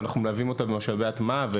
ואנחנו מלווים אותם בשלבי ההטמעה.